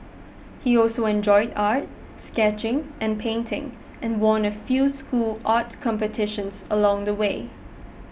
he also enjoyed art sketching and painting and won a few school art competitions along the way